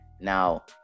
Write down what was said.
Now